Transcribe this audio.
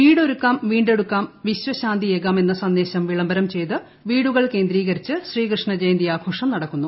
വീടൊരുക്കാം വീണ്ടെടുക്കാം വിശ്വശാന്തിയേകാം എന്ന സന്ദേശം വിളംബരം ചെയ്ത് വീടുകൾ കേന്ദ്രീകരിച്ച് ശ്രീകൃഷ്ണ ജയന്തി ആഘോഷം നടക്കുന്നു